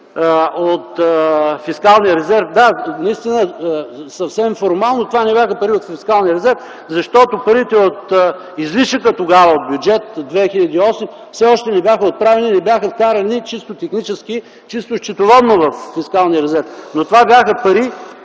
от фискалния резерв. Да, съвсем формално това не бяха пари от фискалния резерв, защото парите от Бюджет 2008 все още не бяха оправени, не бяха вкарани чисто технически, чисто счетоводно във фискалния резерв. Но това бяха пари